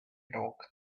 dog